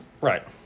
Right